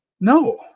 No